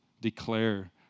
declare